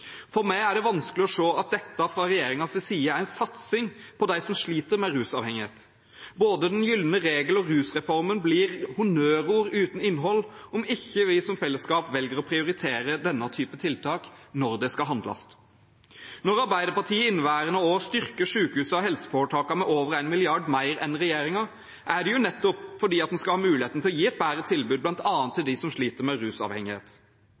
For meg er det vanskelig å se at dette fra regjeringens side er en satsing på dem som sliter med rusavhengighet. Både den gylne regel og rusreformen blir honnørord uten innhold om ikke vi som fellesskap velger å prioritere denne typen tiltak når det skal handles. Når Arbeiderpartiet i inneværende år vil styrke sykehusene og helseforetakene med over 1 mrd. kr mer enn regjeringen, er det nettopp fordi en skal ha mulighet til å gi et bedre tilbud bl.a. til dem som sliter med rusavhengighet.